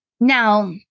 Now